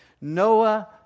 Noah